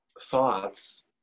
thoughts